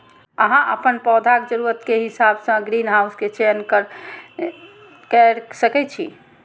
अहां अपन पौधाक जरूरत के हिसाब सं ग्रीनहाउस के चयन कैर सकै छी